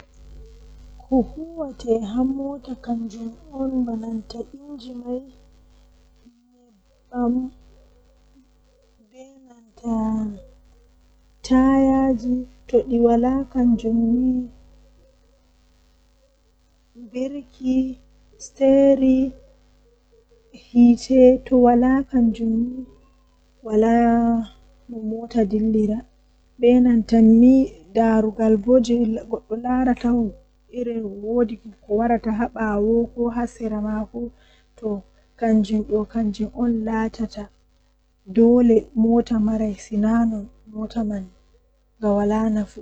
Ndabbawa jei mi buri yidugo kanjum woni gertugal ngam tomi wurni gertugam neebi-neebi mi wawan mi hirsa dum mi iyakka kudel am